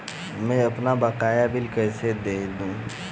मैं अपना बकाया बिल कैसे देखूं?